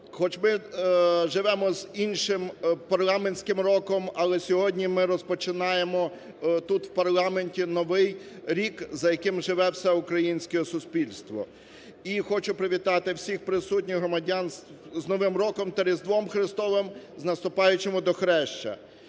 Хоч ми живемо з іншим парламентським роком, але сьогодні ми розпочинаємо тут в парламенті новий рік, за яким живе все українське суспільство. І хочу привітати всіх присутніх громадян з Новим роком та Різдвом Христовим, з наступаючим Водохреща.